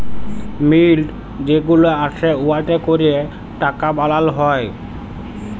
মিল্ট যে গুলা আসে উয়াতে ক্যরে টাকা বালাল হ্যয়